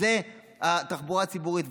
שזו התחבורה הציבורית.